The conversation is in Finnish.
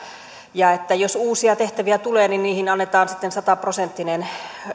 ja että jos uusia tehtäviä tulee niin niihin annetaan sitten sataprosenttinen